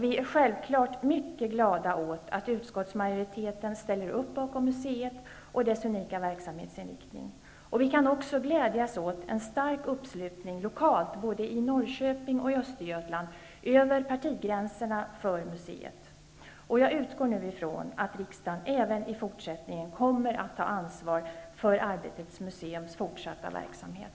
Vi är självklart mycket glada åt att utskottsmajoriteten ställer upp bakom museet och dess unika verksamhetsinriktning. Vi kan också glädja oss åt en stark uppslutning lokalt för museet, både i Norrköping och i Östergötland, över partigränserna. Jag utgår nu från att riksdagen även i fortsättningen kommer att ta ansvar för Arbetets museums fortsatta verksamhet.